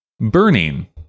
Burning